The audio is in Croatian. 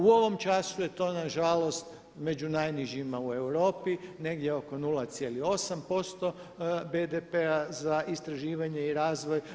U ovom času je to nažalost među najnižima u Europi negdje oko 0,8% BDP-a za istraživanje i razvoj.